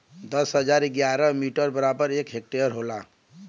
दस हजार square metre बराबर एक हेक्टेयर होला